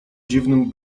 dziwnym